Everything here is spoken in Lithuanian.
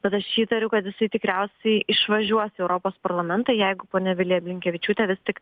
bet aš įtariu kad jisai tikriausiai išvažiuos į europos parlamentą jeigu ponia vilija blinkevičiūtė vis tik